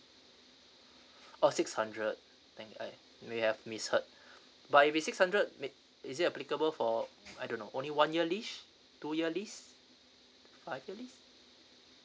oh six hundred then I may have misheard but if it's six hundred may is it applicable for I don't know only one year least two year least five years least